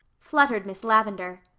fluttered miss lavendar.